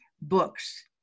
books